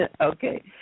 Okay